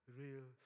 real